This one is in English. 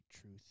truth